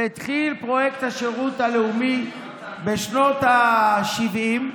והתחיל פרויקט השירות הלאומי בשנות השבעים.